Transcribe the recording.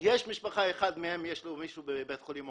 יש משפחה אחת מהם שיש להם מישהו שעובד בבית חולים?